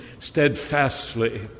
steadfastly